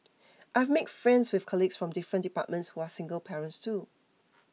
I have made friends with colleagues from different departments who are single parents too